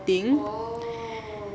thing